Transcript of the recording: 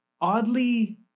oddly